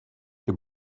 your